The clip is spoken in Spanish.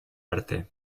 arte